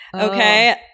Okay